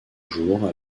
jour